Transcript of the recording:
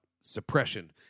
suppression